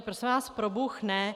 Prosím vás, probůh, ne!